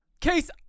Case